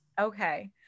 Okay